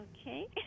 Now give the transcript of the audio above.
Okay